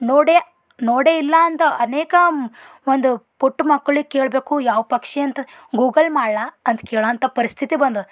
ನೋಡೆ ನೋಡೇ ಇಲ್ಲ ಅಂತ ಅನೇಕ ಒಂದು ಪುಟ್ಟ ಮಕ್ಳಿಗೆ ಕೇಳಬೇಕು ಯಾವ ಪಕ್ಷಿ ಅಂತ ಗೂಗಲ್ ಮಾಡಲಾ ಅಂತ ಕೇಳೊಂಥ ಪರಿಸ್ಥಿತಿ ಬಂದದ